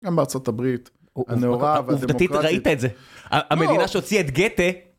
גם בארצות הברית, הנאורה והדמוקרטית. המדינה שהוציאה את גתה...